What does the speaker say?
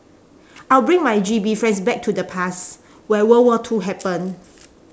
I'll bring my G_B friends back to the past where world war two happened